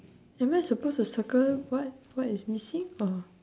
am I suppose to circle what what is missing or